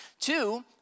Two